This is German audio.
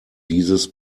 dieses